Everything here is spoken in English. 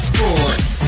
Sports